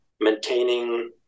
maintaining